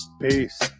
Peace